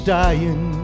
dying